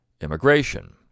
immigration